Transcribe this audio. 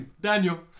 Daniel